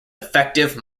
effective